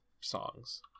songs